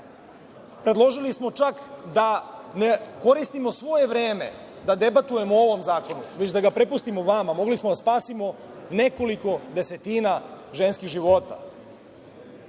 Predložili smo čak da ne koristimo svoje vreme, da debatujemo o ovom zakon, već da ga prepustimo vama. Mogli smo da spasimo nekoliko desetina ženskih života.